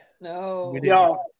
No